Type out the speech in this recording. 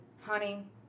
Honey